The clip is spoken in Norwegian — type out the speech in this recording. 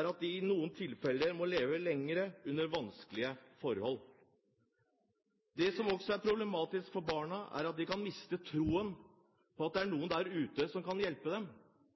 er at de i noen tilfeller må leve lenger under vanskelige forhold. Det som også er problematisk for barna, er at de kan miste troen på at det er noen der ute som kan hjelpe dem.